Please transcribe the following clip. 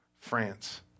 France